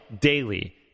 daily